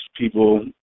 people